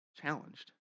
challenged